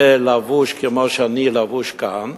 ולבוש כמו שאני לבוש כאן,